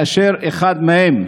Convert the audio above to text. ואחד מהם,